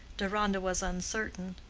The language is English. deronda was uncertain.